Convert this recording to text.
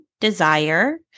desire